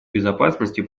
безопасности